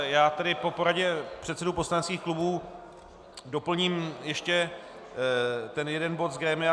Já tedy po poradě předsedů poslaneckých klubů doplním ještě ten jeden bod z grémia.